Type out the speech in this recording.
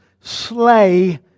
slay